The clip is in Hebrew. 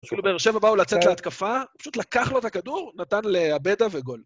פשוט באר שבע באו לצאת להתקפה, פשוט לקח לו את הכדור, נתן לעבדה וגול.